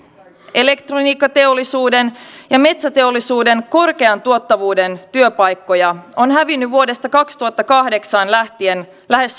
elektroniikkateollisuuden ja metsäteollisuuden korkean tuottavuuden työpaikkoja on hävinnyt vuodesta kaksituhattakahdeksan lähtien lähes